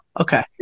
Okay